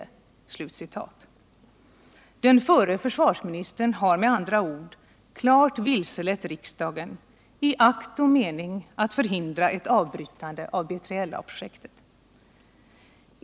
Den förre försvarsministern har med andra ord klart vilselett riksdagen i akt och mening att förhindra ett avbrytande av B3LA-projektet.